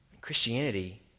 Christianity